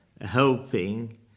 helping